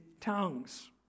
tongues